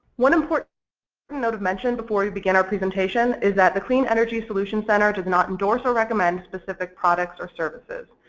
one important note of mention before we begin our presentation is that the clean energy solution center does not endorse or recommended specific products or services.